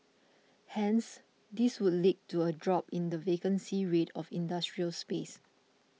hence this would lead to a drop in the vacancy rate of industrial space